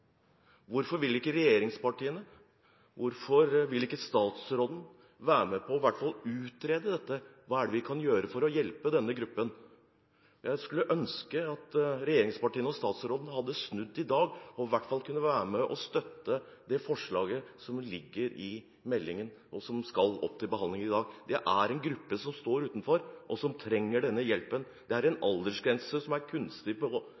Hvorfor vil ikke regjeringspartiene, og hvorfor vil ikke statsråden, i hvert fall være med på å utrede dette – hva kan vi gjøre for å hjelpe denne gruppen? Jeg skulle ønske at regjeringspartiene og statsråden hadde snudd i dag og kunne vært med på å støtte det forslaget som ligger i innstillingen, og som skal opp til behandling i dag. Det er en gruppe som står utenfor, og som trenger denne hjelpen. Det er en aldersgrense på 26 år som er kunstig,